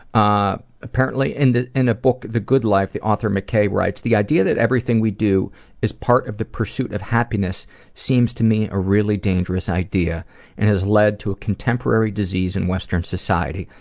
ah apparently and in a book the good life, the author mckay writes the idea that everything we do is part of the pursuit of happiness seems to me a really dangerous idea and has led to a contemporary disease in western society,